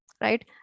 right